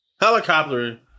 Helicopter